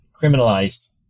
criminalized